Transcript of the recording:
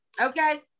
okay